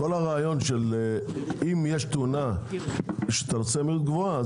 אם יש תאונה ואתה נוסע במהירות גבוהה,